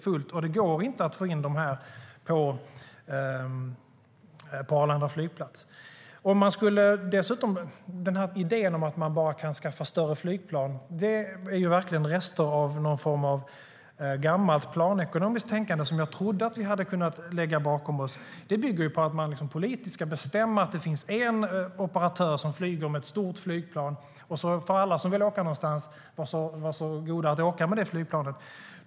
Det går inte att få in det här flyget på Arlanda flygplats.Idén om att man bara kan skaffa större flygplan är verkligen rester av någon form av gammalt planekomiskt tänkande som jag trodde att vi hade kunnat lägga bakom oss. Det bygger på att man politiskt ska bestämma att det ska finnas en operatör som flyger med ett stort flygplan och att alla som vill åka någonstans får vara så goda att åka med det.